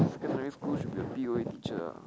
secondary school it should be the P_O_A teacher ah